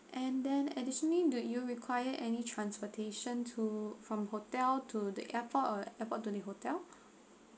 and then additionally do you require any transportation to from hotel to the airport or airport to the hotel